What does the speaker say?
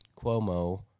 Cuomo